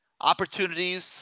opportunities